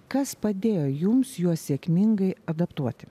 kas padėjo jums juos sėkmingai adaptuoti